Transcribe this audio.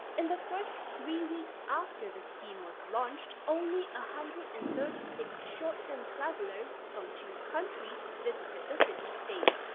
in the first three weeks after the scheme was launched, only one ah hundred and thirty six short-term travelers from two countries visited the city-state.